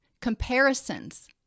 comparisons